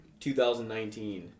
2019